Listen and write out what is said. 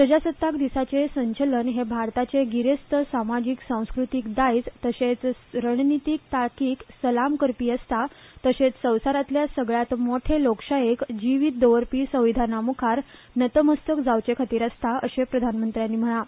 प्रजासत्ताक दिसाचें संचलन हें भारताचें गिरेस्त समाजीक संस्कृतीक दायज तशेंच रणनीतीक तांकीक सलाम करपी आसता तशेंच संवसारांतल्या सगल्यांत मोठे लोकशायेक जीवीत दवरपी संविधानामुखार नतमस्तक जावचेखातीर आसता अशें प्रधानमंत्र्यांनी म्हणलां